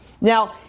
Now